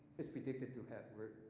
it's predicted to have